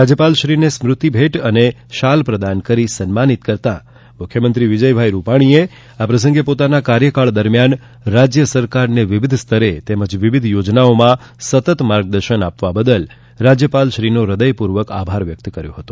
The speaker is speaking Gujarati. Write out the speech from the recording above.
રાજ્યપાલશ્રીને સ્મૃતિભેટ અને શાલ પ્રદાન કરી સન્માનિત કરતાં મુખ્યમંત્રી વિજયભાઈ રૂપાણીએ આ પ્રસંગે પોતાના કાર્યકાળ દરમિયાન રાજ્ય સરકારને વિવિધ સ્તરે તેમજ યોજનાઓમાં સતત માર્ગદર્શન આપવા બદલ તેમનો હદયપૂર્વકનો આભાર વ્યક્ત કર્યો હતો